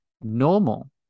normal